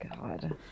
God